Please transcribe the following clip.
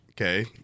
okay